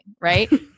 right